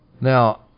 Now